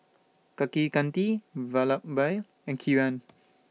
Kaneganti Vallabhbhai and Kiran